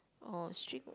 oh shrink